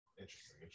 Interesting